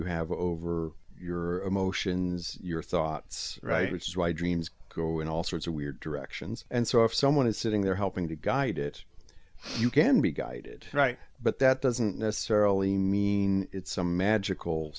you have over your emotions your thoughts right which is why dreams go in all sorts of weird directions and so if someone is sitting there helping to guide it you can be guided right but that doesn't necessarily mean it's some magical